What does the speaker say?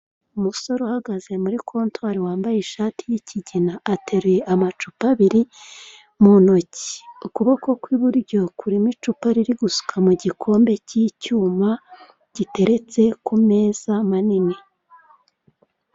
Umusore uhagaze muri kontwari wambaye ishati y'ikigina, ateruye amacupa abiri mu ntoki, ukuboko kw'iburyo, kuriho icupa riri gusuka mu gikombe cy'icyuma giteretse ku meza manini.